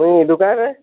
ମୁଁ ଦୋକାନରେ